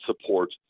support